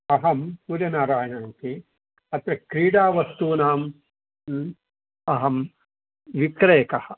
अहं सूर्यनरायणमूर्तिः अत्र क्रीडावस्तूनां ह्म् अहं विक्रयकः